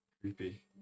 Creepy